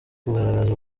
kugaragaza